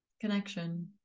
Connection